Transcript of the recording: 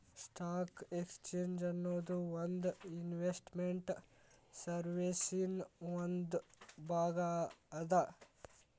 stock exchange ಅನ್ನೊದು ಒಂದ್ investment ಸರ್ವೇಸಿನ್ ಒಂದ್ ಭಾಗ ಅದ